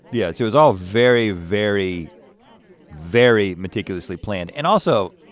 yes, it was all very, very very meticulously planned. and also,